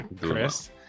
chris